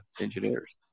engineers